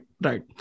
right